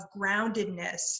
groundedness